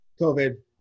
covid